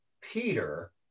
Peter